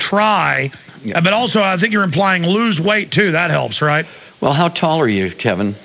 try but also i think you're implying lose weight to that helps right well how tall are you kevin